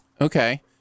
Okay